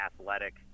athletic